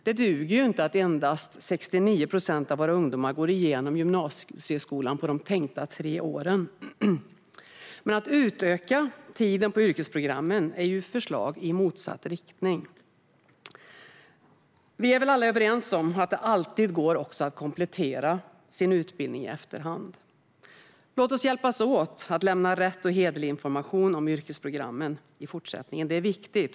Det duger inte att endast 69 procent av våra ungdomar går igenom gymnasieskolan på de tänkta tre åren. Att utöka tiden på yrkesprogrammen är ju ett förslag i motsatt riktning. Vi är alla överens om att det alltid går att komplettera sin utbildning i efterhand. Låt oss hjälpas åt att lämna rätt och hederlig information om yrkesprogrammen i fortsättningen. Det är viktigt.